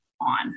on